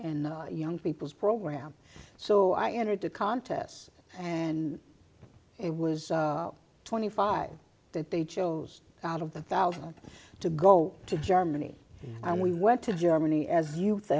in young people's program so i entered the contests and it was twenty five that they chose out of the thousand to go to germany and we went to germany as youth